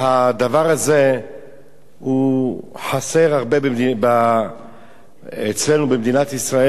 הדבר הזה חסר הרבה אצלנו במדינת ישראל.